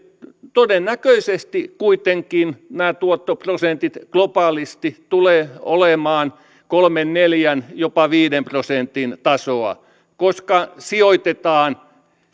todennäköisesti kuitenkin nämä tuottoprosentit globaalisti tulevat olemaan kolmen neljän jopa viiden prosentin tasoa koska sijoitetaan